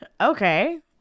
Okay